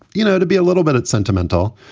you know, to be a little bit sentimental.